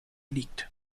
liegt